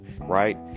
Right